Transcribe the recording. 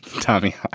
Tommy